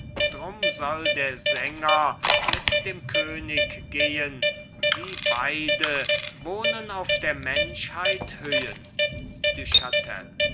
drum soll der sänger mit dem könig gehen sie beide wohnen auf der menschheit höhen